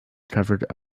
covered